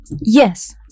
yes